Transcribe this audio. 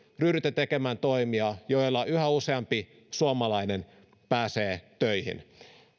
ryhdytte tekemään toimia joilla yhä useampi suomalainen pääsee töihin